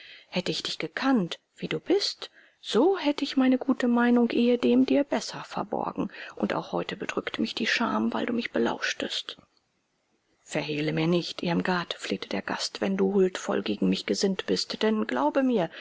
hätte ich dich gekannt wie du bist so hätte ich meine gute meinung ehedem dir besser verborgen und auch heute bedrückt mich die scham weil du mich belauschtest verhehle mir nicht irmgard flehte der gast wenn du huldvoll gegen mich gesinnt bist denn glaube mir